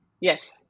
Yes